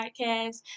podcast